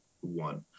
one